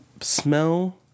smell